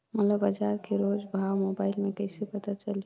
मोला बजार के रोज भाव मोबाइल मे कइसे पता चलही?